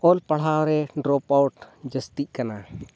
ᱚᱞ ᱯᱟᱲᱦᱟᱣ ᱨᱮ drop out ᱡᱟᱹᱥᱛᱤᱜ ᱠᱟᱱᱟ